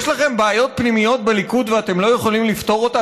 יש לכם בעיות פנימיות בליכוד ואתם לא יכולים לפתור אותן,